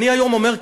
אני היום אומר,